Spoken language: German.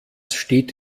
steht